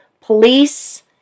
police